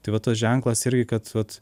tai vat tas ženklas irgi kad vat